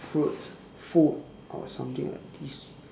fruits food or something like these